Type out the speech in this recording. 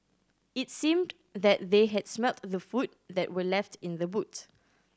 it seemed that they had smelt the food that were left in the boot